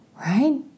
right